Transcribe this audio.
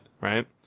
right